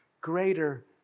greater